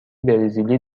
برزیلی